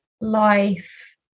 life